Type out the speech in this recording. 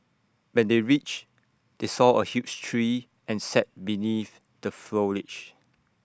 when they reached they saw A huge tree and sat beneath the foliage